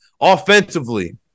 offensively